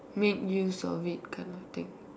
make use of it kind of thing